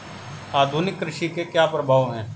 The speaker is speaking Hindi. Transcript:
आधुनिक कृषि के क्या प्रभाव हैं?